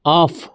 off